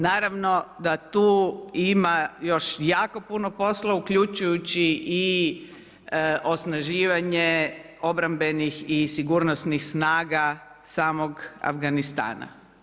Naravno da tu ima još jako puno posla, uključujući i osnaživanje obrambenih i sigurnosnih snaga samog Afganistana.